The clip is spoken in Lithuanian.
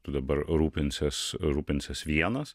tu dabar rūpinsies rūpinsies vienas